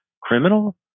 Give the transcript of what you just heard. criminal